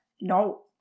No